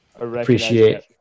appreciate